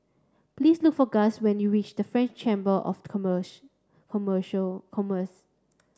please look for Guss when you reach the French Chamber of Commercial Commerce